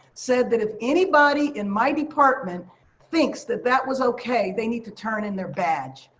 said that if anybody in my department thinks that that was okay, they need to turn in their badge.